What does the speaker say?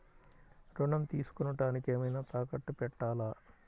ఋణం తీసుకొనుటానికి ఏమైనా తాకట్టు పెట్టాలా?